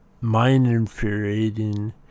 mind-infuriating